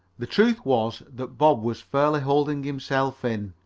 the truth was that bob was fairly holding himself in.